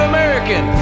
American